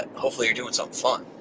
and hopefully you're doing something fun.